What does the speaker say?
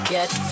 Get